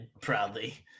proudly